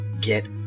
get